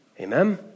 Amen